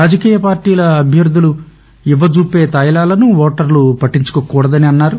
రాజకీయ పార్టీల అభ్యర్దులు ఇవ్వజూపే తాయిలాలను ఓటర్లు పట్టించుకోకూడదని అన్నారు